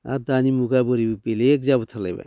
आरो दानि मुगायाव बोरैबा बेलेग जाबोथारलायबाय